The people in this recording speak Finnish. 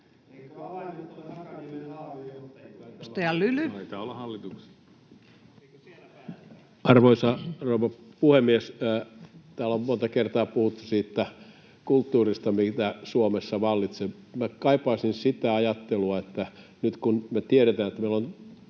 Arvoisa rouva puhemies! Täällä on monta kertaa puhuttu siitä kulttuurista, mikä Suomessa vallitsee. Minä kaipaisin sitä ajattelua, että nyt kun me tiedetään, että meillä on